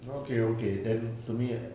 okay okay then to me